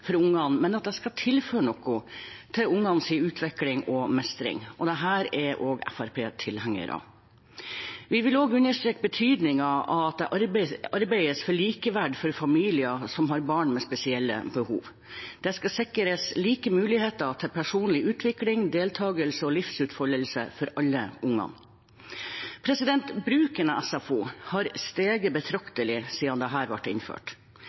for ungene, men at det skal tilføre noe til barnas utvikling og mestring. Dette er også Fremskrittspartiet tilhenger av. Vi vil også understreke betydningen av at det arbeides for likeverd for familier som har barn med spesielle behov. Det skal sikres like muligheter til personlig utvikling, deltakelse og livsutfoldelse for alle unger. Bruken av SFO har steget betraktelig siden dette ble innført.